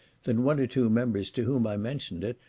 that one or two members to whom i mentioned it,